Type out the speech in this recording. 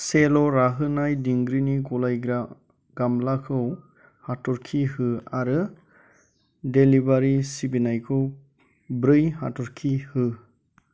सेल' राहोनाय दिंग्रिनि गलायग्रा गामलाखौ हाथरखि हो आरो डिलिभारि सिबिनायखौ ब्रै हाथरखि हो